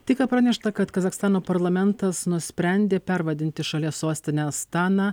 tik ką pranešta kad kazachstano parlamentas nusprendė pervadinti šalies sostinę astaną